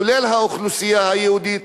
כולל האוכלוסייה היהודית,